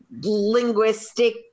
linguistic